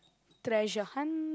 treasure hunt